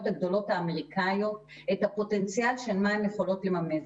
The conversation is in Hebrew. הגדולות האמריקאיות את הפוטנציאל של מה הן יכולות לממש.